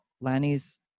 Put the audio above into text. Lanny's